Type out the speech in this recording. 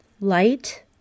Light